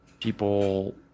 people